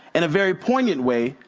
in a very poignant way,